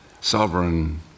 sovereign